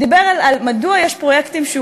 הוא דיבר על מדוע יש פרויקטים שהוא